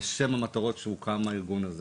לשם המטרות שהוקם הארגון הזה.